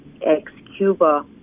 ex-Cuba